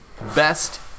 best